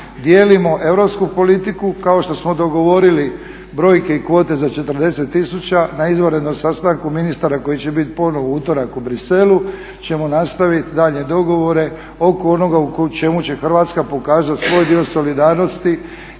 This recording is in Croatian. Dijelimo europsku politiku kao što smo dogovorili brojke i kvote za 40 tisuća, na izvanrednom sastanku ministara koji će biti ponovno u utorak u Bruxellesu ćemo nastaviti daljnje dogovore oko onoga u čemu će Hrvatska pokazati svoj dio solidarnosti